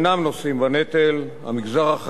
המגזר החרדי והמגזר הערבי.